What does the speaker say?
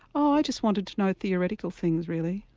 oh i just wanted to know theoretical things really,